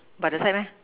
but that side meh